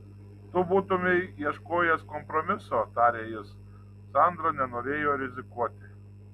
tu būtumei ieškojęs kompromiso tarė jis sandra nenorėjo rizikuoti